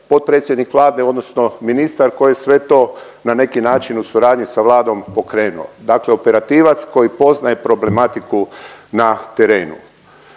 potpredsjednik Vlade odnosno ministar koji sve to na neki način u suradnju pokrenuo. Dakle operativac koji poznaje problematiku na terenu.